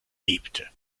bebte